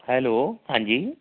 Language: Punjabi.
ਹੈਲੋ ਹਾਂਜੀ